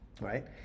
Right